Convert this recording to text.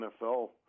NFL